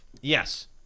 Yes